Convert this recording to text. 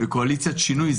וקואליציית שינוי,